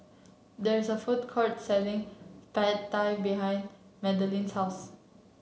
there is a food courts selling Pad Thai behind Madelynn's house